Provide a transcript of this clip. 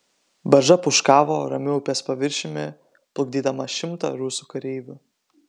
barža pūškavo ramiu upės paviršiumi plukdydama šimtą rusų kareivių